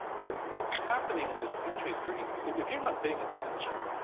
but what's happening in this country is pretty if you're not paying attention,